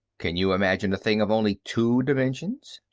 can you imagine a thing of only two dimensions?